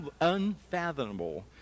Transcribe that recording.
unfathomable